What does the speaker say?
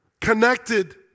connected